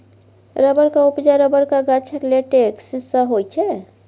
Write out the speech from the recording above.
रबरक उपजा रबरक गाछक लेटेक्स सँ होइ छै